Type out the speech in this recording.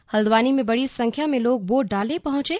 हल्द्वानी में बड़ी संख्या में लोग वोट डालने पहुंचे